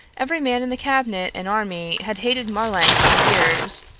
every man in the cabinet and army had hated marlanx for years.